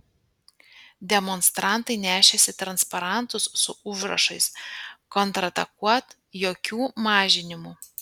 demonstrantai nešėsi transparantus su užrašais kontratakuot jokių mažinimų